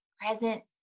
present